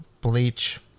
Bleach